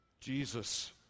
Jesus